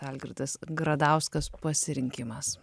algirdas gradauskas pasirinkimas